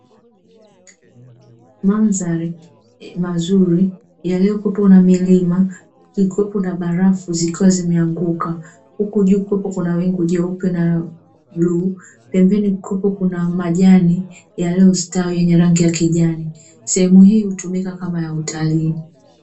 Mandhari nzuri iliyo kuwepo na milima ikiwepo na barafu zilizo anguka huku kukiwa na wingu jeupe na bluu pembeni kukiwa na majani yaliyostawi yenye rangi ya kijani, sehemu hii hutumika kama utalii.